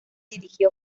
dirigió